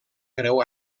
creu